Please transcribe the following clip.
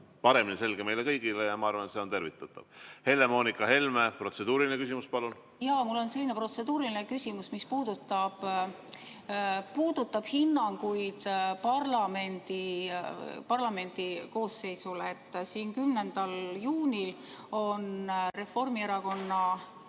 paremini selge meile kõigile, ja ma arvan, et see on tervitatav. Helle-Moonika Helme, protseduuriline küsimus, palun! Jaa, mul on selline protseduuriline küsimus, mis puudutab hinnanguid parlamendikoosseisule. Siin 10. juunil on Reformierakonna